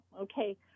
okay